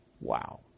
Wow